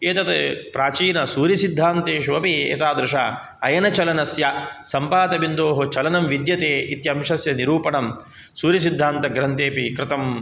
एतद् प्राचीनसूर्यसिद्धान्तेषु अपि एतादृश अयनचलनस्य सम्पातबिन्दोः चलनं विद्यते इत्यंशस्य निरूपणं सूर्यसिद्धान्तग्रन्थेऽपि कृतं